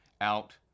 out